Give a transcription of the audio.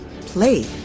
Play